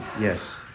yes